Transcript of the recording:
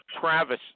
Travis